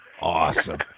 Awesome